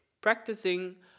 Practicing